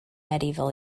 medieval